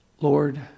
Lord